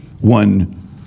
One